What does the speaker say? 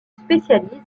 spécialise